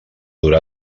durà